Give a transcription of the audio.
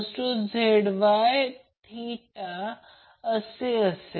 6 lagging power फॅक्टरवर 30KW घेते